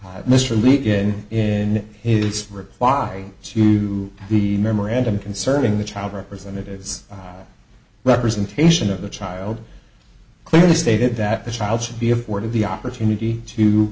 l mr lee in in its reply to the memorandum concerning the child representatives representation of the child clearly stated that the child should be afforded the opportunity to